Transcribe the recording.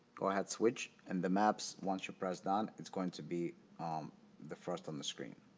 go ahead switch and the maps, once you press down, it's going to be the first on the screen.